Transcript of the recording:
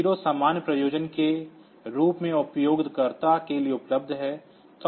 F0 सामान्य प्रयोजन के रूप में उपयोगकर्ता के लिए उपलब्ध है